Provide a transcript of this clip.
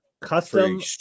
custom